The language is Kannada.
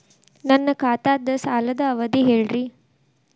ನನ್ನ ಖಾತಾದ್ದ ಸಾಲದ್ ಅವಧಿ ಹೇಳ್ರಿ